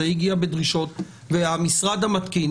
זה הגיע בדרישות והמשרד המתאים,